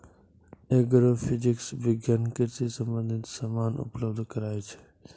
agrophysics विज्ञान कृषि संबंधित समान उपलब्ध कराय छै